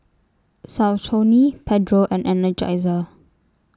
Saucony Pedro and Energizer